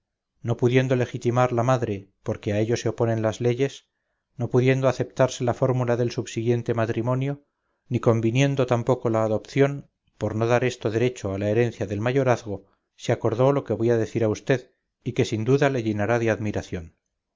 no pudiendo legitimar la madre porque a ello se oponen las leyes no pudiendo aceptarse la fórmula del subsiguiente matrimonio ni conviniendo tampoco la adopción por no dar esto derecho a la herencia del mayorazgo se acordó lo que voy a decir a vd y que sin duda le llenará de admiración